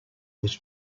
was